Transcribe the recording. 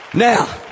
Now